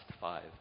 five